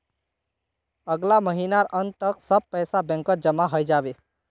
अगला महीनार अंत तक सब पैसा बैंकत जमा हइ जा बे